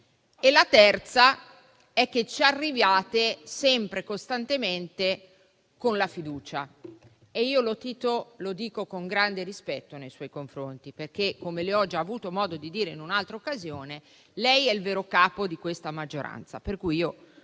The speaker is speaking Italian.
e la terza è che ci si arriva sempre e costantemente con la fiducia. Senatore Lotito, lo dico con grande rispetto nei suoi confronti perché, come ho già avuto modo di dirle in un'altra occasione, lei è il vero capo di questa maggioranza,